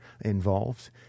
involved